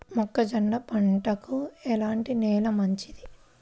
మొక్క జొన్న పంటకు ఎలాంటి నేల మంచిది?